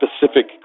specific